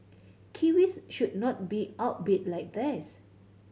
kiwis should not be outbid like this